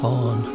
on